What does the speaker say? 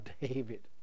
David